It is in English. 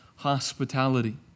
hospitality